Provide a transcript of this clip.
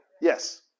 yes